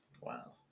Wow